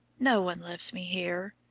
no one loves me here.